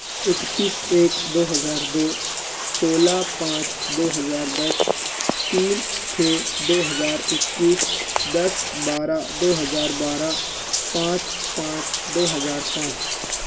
اکتیس ایک دو ہزار دو سولہ پانچ دو ہزار دس تین چھ دو ہزار اکیس دس بارہ دو ہزار بارہ پانچ پانچ دو ہزار پانچ